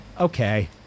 okay